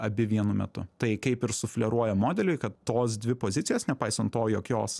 abi vienu metu tai kaip ir sufleruoja modeliui kad tos dvi pozicijos nepaisant to jog jos